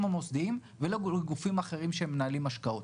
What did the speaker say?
המוסדיים ולא לגופים אחרים שמנהלים השקעות.